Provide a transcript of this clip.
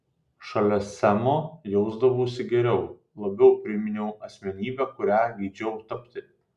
šalia semo jausdavausi geriau labiau priminiau asmenybę kuria geidžiau tapti